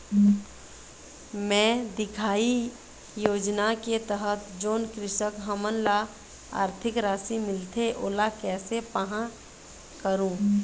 मैं दिखाही योजना के तहत जोन कृषक हमन ला आरथिक राशि मिलथे ओला कैसे पाहां करूं?